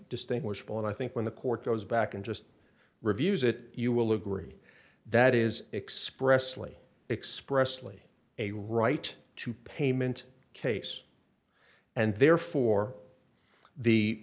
distinguishable and i think when the court goes back and just reviews it you will agree that is expressly expressly a right to payment case and therefore the